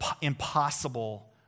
impossible